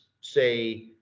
say